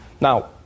Now